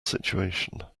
situation